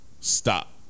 stop